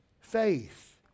faith